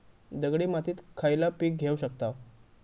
दगडी मातीत खयला पीक घेव शकताव?